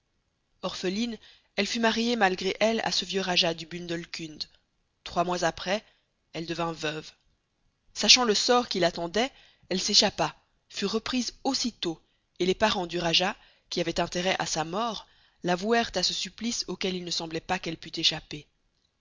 orpheline elle fut mariée malgré elle à ce vieux rajah du bundelkund trois mois après elle devint veuve sachant le sort qui l'attendait elle s'échappa fut reprise aussitôt et les parents du rajah qui avaient intérêt à sa mort la vouèrent à ce supplice auquel il ne semblait pas qu'elle pût échapper